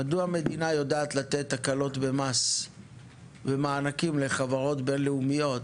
המדינה יודעת לתת הקלות במס ומענקים לחברות בינלאומיות